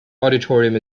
auditorium